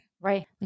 Right